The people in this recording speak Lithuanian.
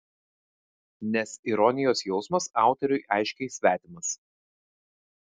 nes ironijos jausmas autoriui aiškiai svetimas